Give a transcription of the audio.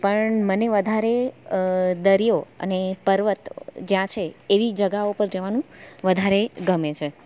પણ મને વધારે દરિયો અને પર્વત જ્યાં છે એવી જગાઓ પર જવાનું વધારે ગમે છે